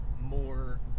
more